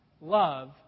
Love